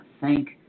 thank